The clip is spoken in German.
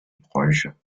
bräuche